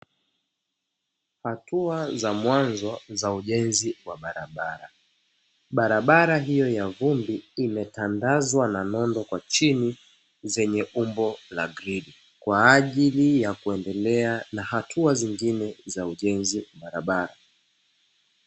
Hatua za mwanzo za ujenzi wa barabara. Barabara hiyo ya vumbi imetandazwa na nondo kwa chini zenye umbo ya grili, kwa ajili ya kuendelea na hatua zingine za ujenzi wa barabara.